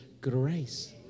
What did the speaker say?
Grace